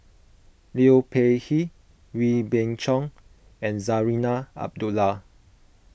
Liu Peihe Wee Beng Chong and Zarinah Abdullah